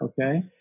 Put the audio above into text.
okay